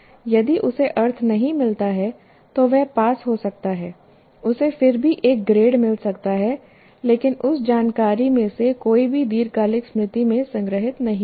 यदि उसे अर्थ नहीं मिलता है तो वह पास हो सकता है उसे फिर भी एक ग्रेड मिल सकता है लेकिन उस जानकारी में से कोई भी दीर्घकालिक स्मृति में संग्रहीत नहीं होगी